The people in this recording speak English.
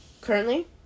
Currently